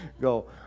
go